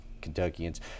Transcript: Kentuckians